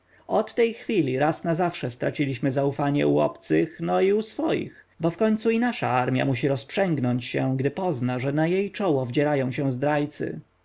od tej chwili raz na zawsze straciliśmy zaufanie u obcych no i u swoich bo wkońcu i nasza armja musi rozprzęgnąć się gdy pozna że na jej czoło wdzierają się zdrajcy